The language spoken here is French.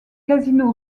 casino